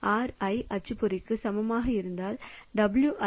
Ri அச்சுப்பொறிக்கு சமமாக இருந்தால் Wi 3